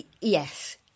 yes